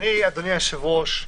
אדוני היושב-ראש,